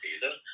season